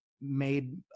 made